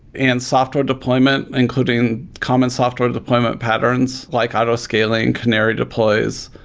and software deployment, including common software deployment patterns, like auto-scaling, canary deploys,